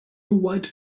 white